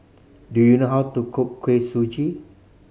do you know how to cook Kuih Suji